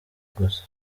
gusa